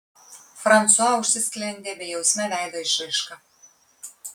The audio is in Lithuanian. fransua užsisklendė bejausme veido išraiška